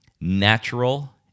natural